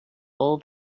all